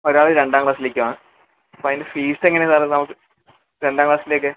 ഒരാള് രണ്ടാം ക്ലാസിലേക്ക് ആണ് അപ്പം അതിന്റെ ഫീസ് എങ്ങനെയാണ് സാറേ നമുക്ക് രണ്ടാം ക്ലാസിലേക്ക്